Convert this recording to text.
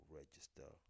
register